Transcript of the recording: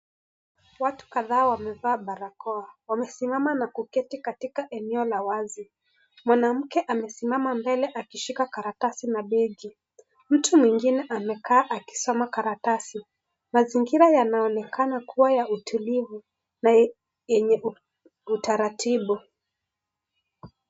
Watu kadhaa wamevaa barakoa. Wamesimama na kuketi katika eneo la wazi. Mwanamke amesimama mbele akishika karatasi na begi. Mtu mwingine amekaa akisoma karatasi. Mazingira yanaonekana kuwa ya utulivu na yenye utaratibu.